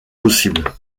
possible